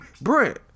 Brent